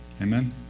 Amen